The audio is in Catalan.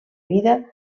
vida